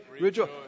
rejoice